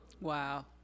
Wow